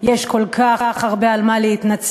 יש כל כך הרבה על מה להתנצל.